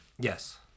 Yes